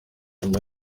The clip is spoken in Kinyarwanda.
nyuma